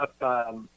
up